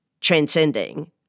transcending